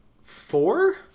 four